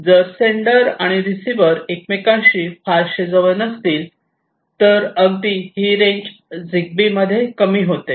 जर सेंडर आणि रिसीव्हर एकमेकांशी फारसे जवळ नसतील तर ही रेंज झिग्बीमध्ये कमी होते